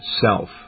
Self